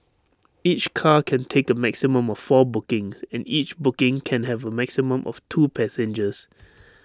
each car can take A maximum of four bookings and each booking can have A maximum of two passengers